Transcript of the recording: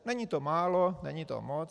Není to málo, není to moc.